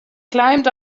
climbed